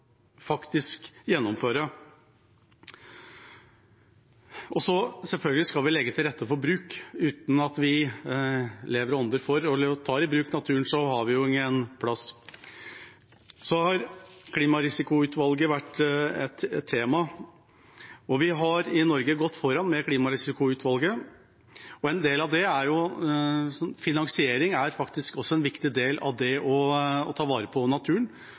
gjennomføre. Selvfølgelig skal vi legge til rette for bruk. Uten at vi lever og ånder for naturen og tar den i bruk, har vi jo ingen plass. Klimarisikoutvalget har vært et tema. Vi har i Norge gått foran med klimarisikoutvalget, og finansiering er også en viktig del av det å ta vare på naturen.